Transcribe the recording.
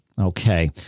okay